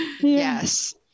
Yes